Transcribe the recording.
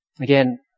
Again